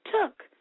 took